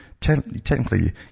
technically